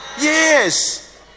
yes